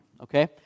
okay